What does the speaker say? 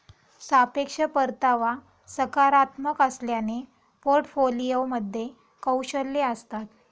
सापेक्ष परतावा सकारात्मक असल्याने पोर्टफोलिओमध्ये कौशल्ये असतात